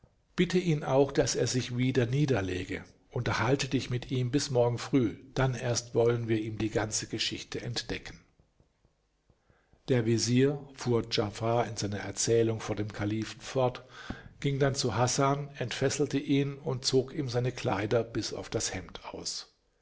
bitte ihn auch daß er sich wieder niederlege unterhalte dich mit ihm bis morgen früh dann erst wollen wir ihm die ganze geschichte entdecken der vezier fuhr djafar in seiner erzählung vor dem kalifen fort ging dann zu hasan entfesselte ihn und zog ihm seine kleider bis auf das hemd aus